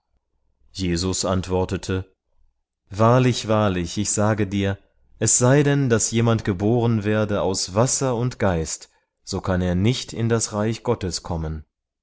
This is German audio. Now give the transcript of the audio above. jesus antwortete wahrlich wahrlich ich sage dir es sei denn daß jemand geboren werde aus wasser und geist so kann er nicht in das reich gottes kommen